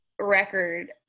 record